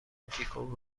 جیکوب